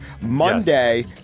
Monday